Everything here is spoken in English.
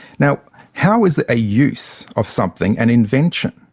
now, how is a use of something an invention?